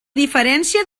diferència